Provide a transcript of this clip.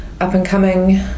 up-and-coming